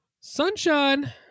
Sunshine